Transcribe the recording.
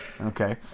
Okay